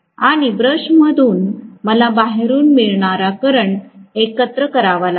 आणि ब्रशमधून मला बाहेरून मिळणार करंट एकत्र करावा लागेल